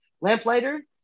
Lamplighter